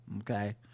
okay